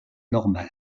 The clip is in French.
normale